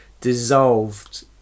dissolved